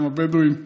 גם הבדואים,